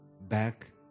back